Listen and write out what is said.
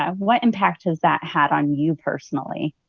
um what impact has that had on you personally?